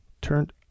turned